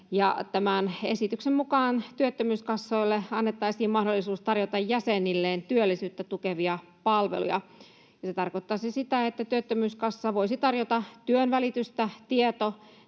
tämän esityksen mukaan työttömyyskassoille annettaisiin mahdollisuus tarjota jäsenilleen työllisyyttä tukevia palveluja. Se tarkoittaisi sitä, että työttömyyskassa voisi tarjota työnvälitystä, tieto-,